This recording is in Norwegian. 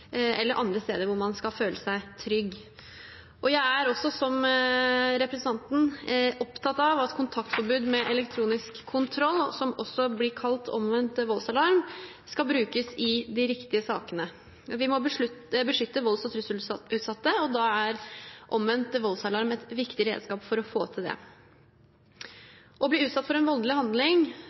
eller andre steder hvor man skal føle seg trygg. Som representanten er også jeg opptatt av at kontaktforbud med elektronisk kontroll, som også blir kalt omvendt voldsalarm, skal brukes i de riktige sakene. Vi må beskytte volds- og trusselutsatte, og omvendt voldsalarm er et viktig redskap for å få til det. Å bli utsatt for en voldelig handling